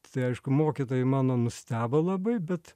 tai aišku mokytojai mano nustebo labai bet